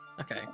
Okay